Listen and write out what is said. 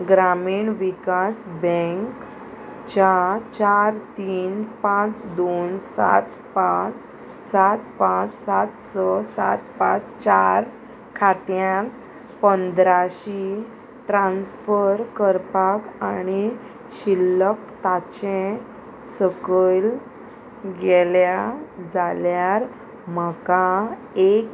ग्रामीण विकास बँक च्या चार तीन पांच दोन सात पांच सात पांच सात स सात पांच चार खात्यांत पंदराशी ट्रान्स्फर करपाक आणी शिल्लक ताचें सकयल गेल्या जाल्यार म्हाका एक